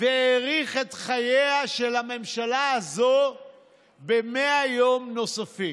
והאריך את חייה של הממשלה הזאת ב-100 יום נוספים.